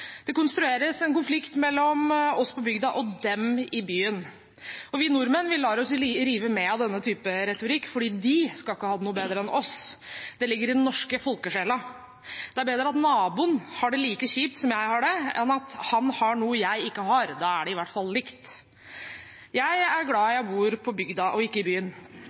Det konstrueres en konflikt mellom «oss» på bygda og «dem» i byen. Og vi nordmenn lar oss rive med av denne typen retorikk, for «de» skal ikke ha det noe bedre enn «oss». Det ligger i den norske folkesjela. Det er bedre at naboen har det like kjipt som jeg har det, enn at han har noe jeg ikke har. Da er det i hvert fall likt! Jeg er glad jeg bor på bygda og ikke i byen.